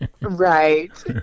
Right